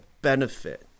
benefit